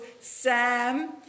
Sam